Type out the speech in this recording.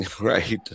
Right